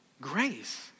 Grace